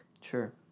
Sure